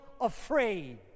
afraid